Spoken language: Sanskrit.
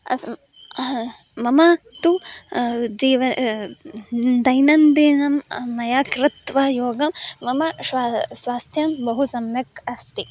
असम् मम तु जीवः दैनन्दिनं मया कृत्वा योगं मम श्वा स्वास्थ्यं बहु सम्यक् अस्ति